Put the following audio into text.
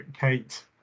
Kate